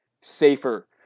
safer